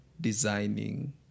designing